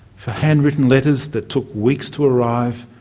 for handwritten letters that took weeks to arrive,